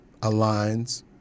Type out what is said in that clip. aligns